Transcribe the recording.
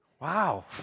wow